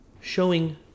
showing